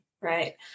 Right